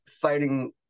fighting